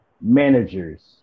managers